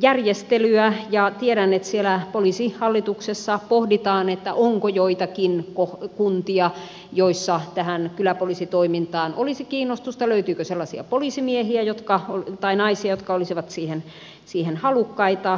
järjestelyä ja tiedän että siellä poliisihallituksessa pohditaan onko joitakin kuntia joissa tähän kyläpoliisitoimintaan olisi kiinnostusta löytyykö sellaisia poliisimiehiä tai naisia jotka olisivat siihen halukkaita